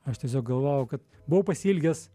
aš tiesiog galvojau kad buvau pasiilgęs